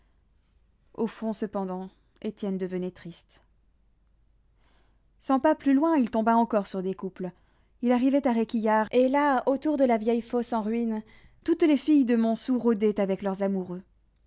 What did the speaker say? au fond cependant étienne devenait triste cent pas plus loin il tomba encore sur des couples il arrivait à réquillart et là autour de la vieille fosse en ruine toutes les filles de montsou rôdaient avec leurs amoureux